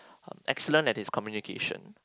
excellent at his communication